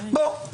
בוא.